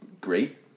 great